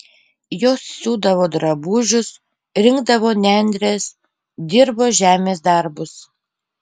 jos siūdavo drabužius rinkdavo nendres dirbo žemės darbus